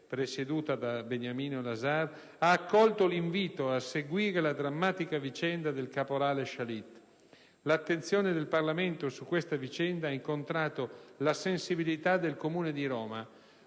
presieduta da Beniamino Lazar, ha accolto l'invito a seguire la drammatica vicenda del caporale Shalit. L'attenzione del Parlamento su questa vicenda ha incontrato la sensibilità del Comune di Roma.